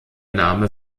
name